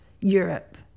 Europe